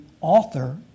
author